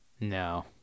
no